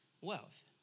wealth